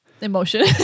emotion